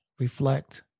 reflect